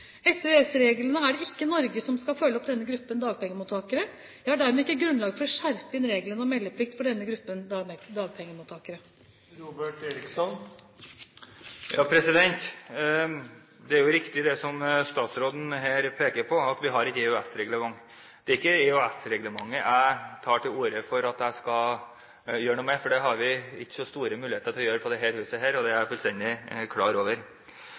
Etter EØS-reglene er det ikke Norge som skal følge opp denne gruppen dagpengemottakere. Jeg har dermed ikke grunnlag for å skjerpe inn reglene om meldeplikt for denne gruppen dagpengemottakere. Det er jo riktig det som statsråden her peker på, at vi har et EØS-reglement. Det er ikke EØS-reglementet jeg tar til orde for at vi skal gjøre noe med, for det har vi i dette huset ikke så store muligheter til.